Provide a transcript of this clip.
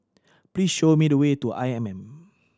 please show me the way to I M M